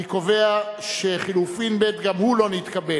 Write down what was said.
אני קובע שחלופין ב' גם הוא לא נתקבל.